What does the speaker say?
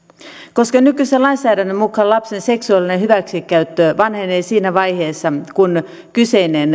koska nykyisen lainsäädännön mukaan lapsen seksuaalinen hyväksikäyttö vanhenee siinä vaiheessa kun kyseinen